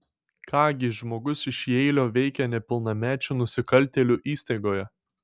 ką gi žmogus iš jeilio veikia nepilnamečių nusikaltėlių įstaigoje